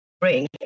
bring